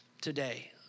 today